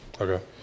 Okay